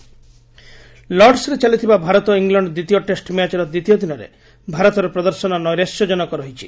cricket ଲର୍ଡସ୍ରେ ଚାଲିଥିବା Bharat England ଦ୍ୱିତୀୟ ଟେଷ୍ଟ୍ ମ୍ୟାଚ୍ର ଦ୍ୱିତୀୟ ଦିନରେ ଭାରତର ପ୍ରଦର୍ଶନ ନୈରାଶ୍ୟଜନକ ରହିଛି